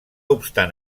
obstant